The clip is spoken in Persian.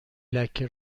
لکه